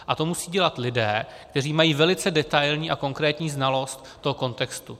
A to musejí dělat lidé, kteří mají velice detailní a konkrétní znalost kontextu.